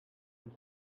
and